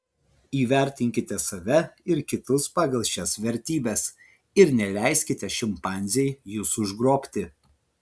įvertinkite save ir kitus pagal šias vertybes ir neleiskite šimpanzei jus užgrobti